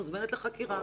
את מוזמנת לחקירה.